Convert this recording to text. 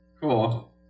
cool